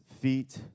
feet